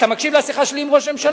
אתה מקשיב לשיחה שלי עם ראש הממשלה?